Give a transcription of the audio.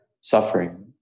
suffering